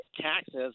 taxes